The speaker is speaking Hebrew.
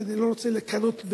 שאני לא רוצה לכנות,